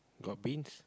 got beans